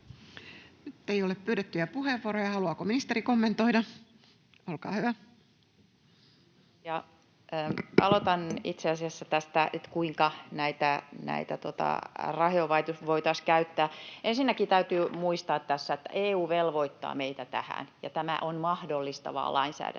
Ei ole pyydettyjä puheenvuoroja. Haluaako ministeri kommentoida? — Olkaa hyvä. Aloitan itse asiassa tästä, että kuinka näitä rahoja voitaisiin käyttää. Ensinnäkin täytyy muistaa tässä, että EU velvoittaa meitä tähän ja tämä on mahdollistavaa lainsäädäntöä.